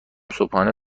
صبحانه